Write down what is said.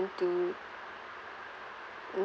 to t~